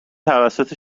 توسط